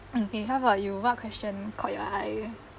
okay how about you what question caught your eye